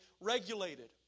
regulated